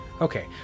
Okay